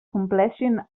compleixin